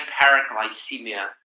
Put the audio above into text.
hyperglycemia